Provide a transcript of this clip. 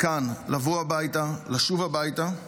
כאן לבוא הביתה, לשוב הביתה.